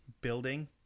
building